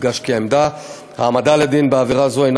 יודגש כי העמדה לדין בעבירה זו אינה